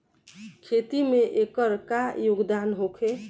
खेती में एकर का योगदान होखे?